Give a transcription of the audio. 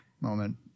moment